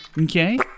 Okay